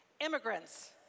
immigrants